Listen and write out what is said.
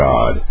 God